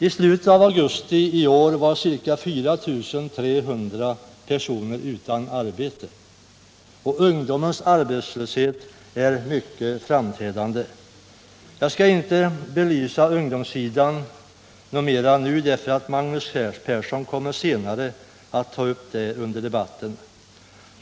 I slutet av augusti i år var ca 4 300 personer utan arbete, och ungdomens arbetslöshet är mycket framträdande. Jag skall inte belysa ungdomssidan mer nu, eftersom Magnus Persson kommer att ta upp den senare under debatten.